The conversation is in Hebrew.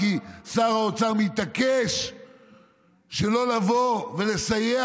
כי שר האוצר מתעקש שלא לבוא ולסייע.